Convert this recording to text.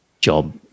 job